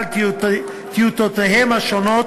ב"העבדה" על הטיותיהם השונות.